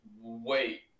Wait